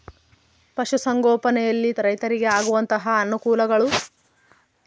ಪಶುಸಂಗೋಪನೆಯಲ್ಲಿ ರೈತರಿಗೆ ಆಗುವಂತಹ ಅನುಕೂಲಗಳು?